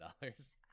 dollars